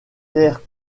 terres